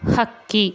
ಹಕ್ಕಿ